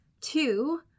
two